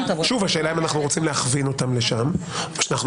השאלה היא אם אנחנו רוצים להכווין אותם לשם או שאנחנו